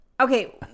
Okay